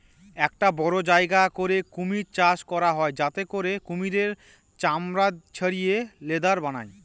একটা বড়ো জায়গা করে কুমির চাষ করা হয় যাতে করে কুমিরের চামড়া ছাড়িয়ে লেদার বানায়